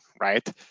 right